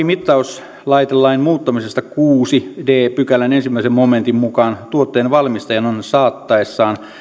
mittauslaitelain muuttamisesta kuudennen d pykälän ensimmäisen momentin mukaan tuotteen valmistajan on on saattaessaan